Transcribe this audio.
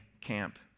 camp